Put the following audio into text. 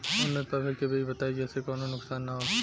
उन्नत प्रभेद के बीज बताई जेसे कौनो नुकसान न होखे?